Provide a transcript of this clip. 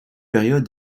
période